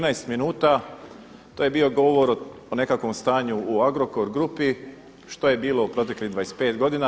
13 minuta to je bio govor o nekakvom stanju u Agrokor grupi što je bilo u proteklih 25 godina.